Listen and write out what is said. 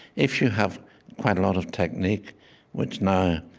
if you have quite a lot of technique which now,